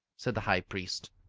said the high priest.